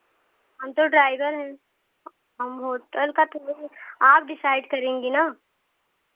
हम तो ड्राइवर हैं हम होटल का तो नहीं आप डिसाइड करेंगी ना